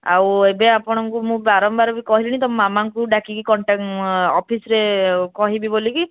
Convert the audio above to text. ଆଉ ଏବେ ଆପଣଙ୍କୁ ମୁଁ ବାରମ୍ବାର ବି କହିଲିଣି ତୁମ ମାମାଙ୍କୁ ଡାକିକି କଣ୍ଟାକ୍ଟ ଅଫିସ୍ରେ କହିବି ବୋଲି କି